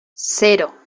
cero